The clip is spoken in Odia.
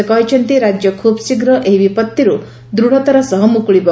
ସେ କହିଛନ୍ତି ରାଜ୍ୟ ଖୁବ୍ ଶୀଘ୍ର ଏହି ବିପଭିରୁ ଦୂତ୍ତାର ସହ ମୁକୁଳିବ